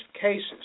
cases